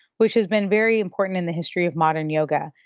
which has been very important in the history of modern yoga.